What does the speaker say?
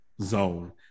zone